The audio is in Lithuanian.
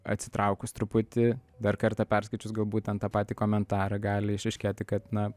atsitraukus truputį dar kartą perskaičius galbūt ten tą patį komentarą gali išaiškėti kad na